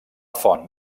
font